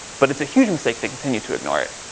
but it's a huge mistake to continue to ignore it.